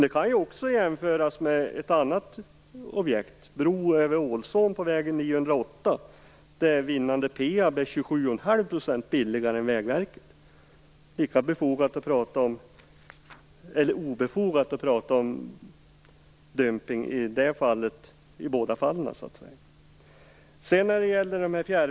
Det kan också jämföras med ett annat objekt, en bro över Ållsån på vägen 908, där vinnande PEAB är 27,5 % billigare än Vägverket. Det är lika obefogat att tala om dumpning i båda fallen.